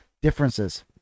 differences